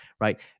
right